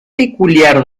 peculiar